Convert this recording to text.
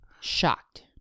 Shocked